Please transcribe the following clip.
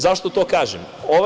Zašto to kažem?